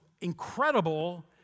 incredible